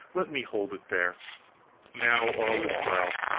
let me hold it there now all is well,